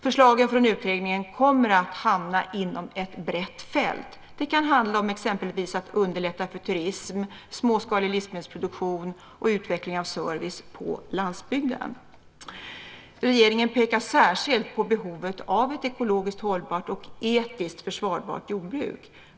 Förslagen från utredningen kommer att hamna inom ett brett fält. Det kan handla om exempelvis att underlätta för turism, småskalig livsmedelsproduktion och utveckling av service på landsbygden. Regeringen pekar särskilt på behovet av ett ekologiskt hållbart och etiskt försvarbart jordbruk.